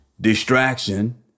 distraction